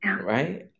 right